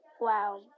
Wow